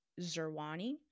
Zerwani